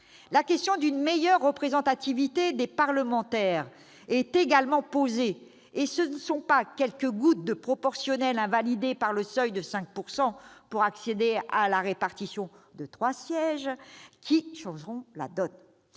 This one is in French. La question d'une meilleure représentativité des parlementaires est également posée. Et ce ne sont pas quelques gouttes de proportionnelle invalidées par le seuil de 5 % des voix permettant d'accéder à la répartition de trois sièges qui changeront la donne